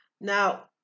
Now